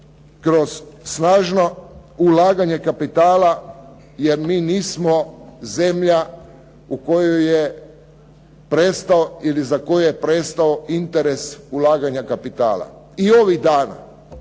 kroz snažno ulaganje kapitala jer mi nismo zemlja u kojoj je prestao ili za koji je prestao interes ulaganja kapitala. I ovih dana